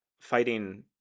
fighting